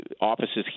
offices